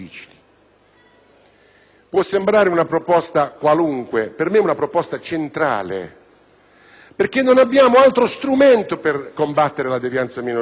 Può sembrare una proposta qualunque, ma per me è centrale perché non abbiamo altro strumento per combattere la devianza minorile.